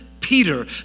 Peter